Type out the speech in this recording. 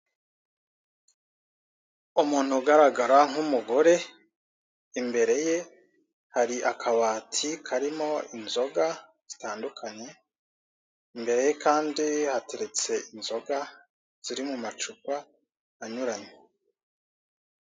Umuntu ugaragara nk'umugore, imbere ye hari akabati karimo inzoga, zitandukanye imbere ye kandi hateretse inzoga ziri mu macupa anyuranye.